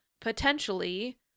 potentially